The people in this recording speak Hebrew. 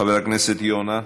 חבר הכנסת יונה,